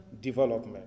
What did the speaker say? Development